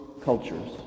cultures